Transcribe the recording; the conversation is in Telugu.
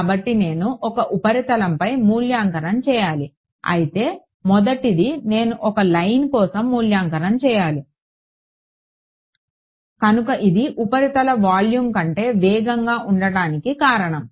కాబట్టి నేను ఒక ఉపరితలంపై మూల్యాంకనం చేయాలి అయితే మొదటిది నేను ఒక లైన్ కోసం మూల్యాంకనం చేయాలి కనుక ఇది ఉపరితలం వాల్యూమ్ కంటే వేగంగా ఉండటానికి కారణం